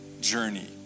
journey